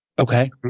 Okay